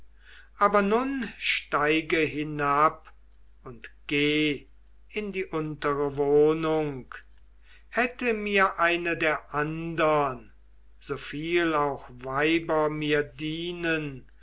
aber nun steige hinab und geh in die untere wohnung hätte mir eine der andern so viel auch weiber mir dienen